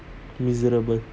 miserable